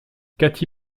katy